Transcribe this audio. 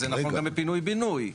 אז זה נכון גם בפינוי בינוי,